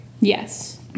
Yes